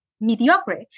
mediocre